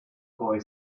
boy